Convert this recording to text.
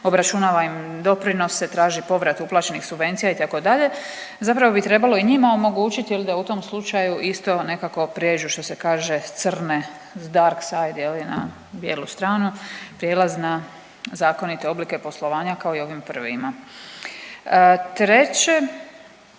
Obračunava im doprinose, traži povrat uplaćenih subvencija itd. Zapravo bi trebalo i njima omogućiti da u tom slučaju isto nekako prijeđu što se kaže s crne, s darkside na bijelu stranu, prijelaz na zakonite oblike poslovanja kao i ovim prvima. Treće,